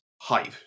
hype